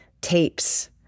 Tapes